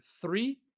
three